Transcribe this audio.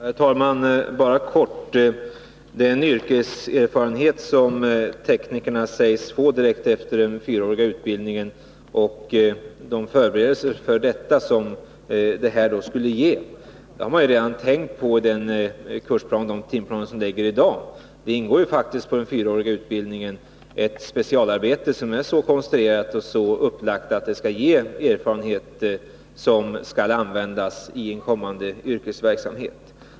Herr talman! Låt mig bara helt kortfattat säga beträffande den yrkeserfarenhet som teknikerna sägs få direkt efter den fyraåriga utbildningen och de förberedelser för den som självstudier skulle ge att detta är något som man ju redan tänkt på när man fastställde de timplaner som gäller i dag. I den fyraåriga utbildningen ingår faktiskt ett specialarbete som är så konstruerat och så upplagt, att det skall ge erfarenheter som kan användas i en kommande yrkeserfarenhet.